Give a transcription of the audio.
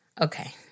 Okay